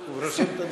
הוא רושם את הנקודות.